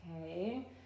okay